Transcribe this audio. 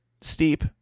steep